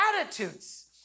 attitudes